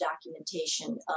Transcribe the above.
documentation